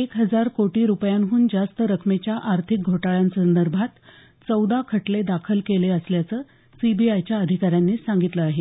एक हजार कोटी रुपयांहून जास्त रकमेच्या आर्थिक घोटाळ्यासंदर्भात चौदा खटले दाखल केले असल्याचं सीबीआयच्या अधिका यांनी सांगितलं आहे